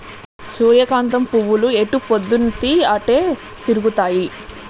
సూర్యకాంతం పువ్వులు ఎటుపోద్దున్తీ అటే తిరుగుతాయి